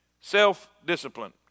Self-discipline